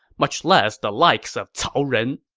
much less the likes of cao ren!